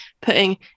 putting